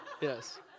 Yes